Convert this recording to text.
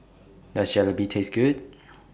Does Jalebi Taste Good